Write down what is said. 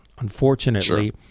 Unfortunately